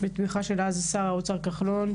בתמיכה של שר האוצר דאז כחלון,